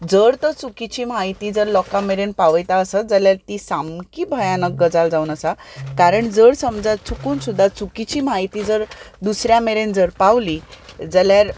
जर तो चुकिची म्हायती जर लोकां मेरेन पावयता आसत जाल्यार ती सामकी भयानक गजा जावन आसा कारण जर समजात चुकून सुद्दां चुकिची म्हायती जर दुसऱ्यां मेरेन जर पावली जाल्यार